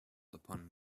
upon